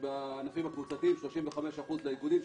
ובענפים הקבוצתיים 35% לאיגודים,